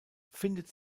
findet